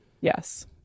yes